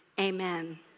amen